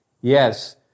Yes